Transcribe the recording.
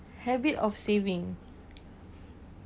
habit of saving